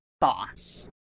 boss